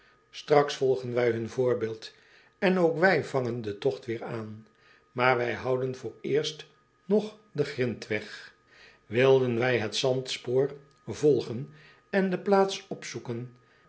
straks volgen wij hun voorbeeld en ook wij vangen den togt weêr aan maar wij houden vooreerst nog den grintweg wilden wij het zandspoor volgen en de plaats opzoeken